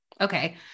Okay